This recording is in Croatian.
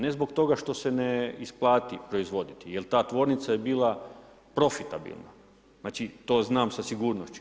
Ne zbog toga, što se ne isplati proizvoditi, jer ta tvornica je bila profitabilna, znači to znam sa sigurnošću.